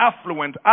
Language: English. affluent